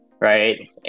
right